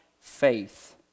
faith